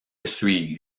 suis